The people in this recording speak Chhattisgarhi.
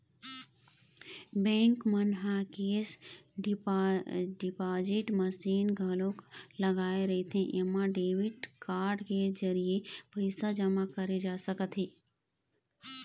बेंक मन ह केस डिपाजिट मसीन घलोक लगाए रहिथे एमा डेबिट कारड के जरिए पइसा जमा करे जा सकत हे